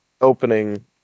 opening